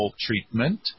treatment